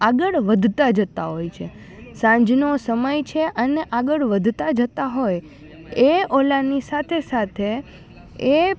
આગળ વધતાં જતાં હોય છે સાંજનો સમય છે અને આગળ વધતાં જતાં હોય એ ઓલાની સાથે સાથે એ